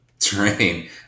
train